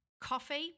Coffee